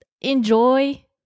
enjoy